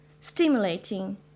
stimulating